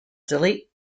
delete